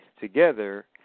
together